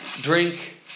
drink